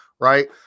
Right